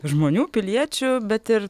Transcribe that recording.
žmonių piliečių bet ir